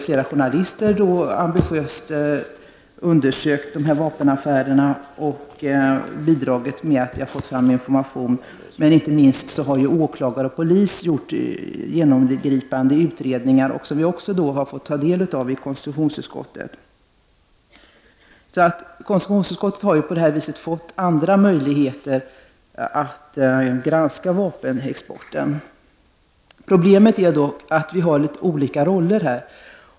Flera journalister har ambitiöst undersökt dessa affärer och bidragit till att vi har fått fram information. Inte minst har åklagare och polis gjort genomgripande ut redningar som vi har fått ta del av i konstitutionsutskottet, som på detta sätt har fått helt andra möjligheter att granska vapenexporten. Problemet är dock att vi har olika roller.